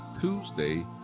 Tuesday